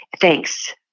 Thanks